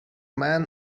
man